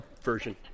version